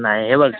नाही हे बघ